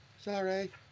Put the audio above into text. Sorry